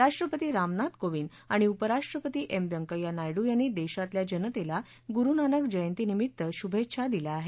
राष्ट्रपती रामनाथ कोविंद आणि उपराष्ट्रपती एम व्येंकय्या नायडू यांनी देशातल्या जनतेला गुरू नानक जयंती निमित्त शूभेच्छा दिल्या आहेत